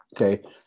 Okay